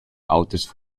auters